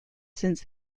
since